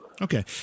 Okay